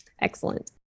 Excellent